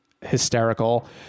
hysterical